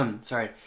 Sorry